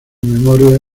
memoria